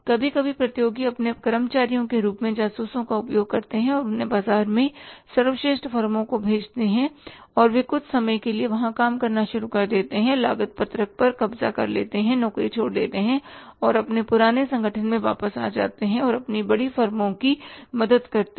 कभी कभी प्रतियोगी अपने कर्मचारियों के रूप में जासूसों का उपयोग करते हैं या उन्हें बाजार में सर्वश्रेष्ठ फर्मों को भेजते हैं और वे कुछ समय के लिए वहां काम करना शुरू कर देते हैं लागत पत्रक पर कब्ज़ा कर लेते हैं नौकरी छोड़ देते हैं अपने पुराने संगठन में वापस आते हैं और अपनी बड़ी फर्मों की मदद करते हैं